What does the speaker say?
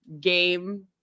game